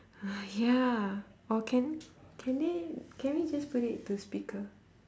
!hais! ya or can can they can we just put it to speaker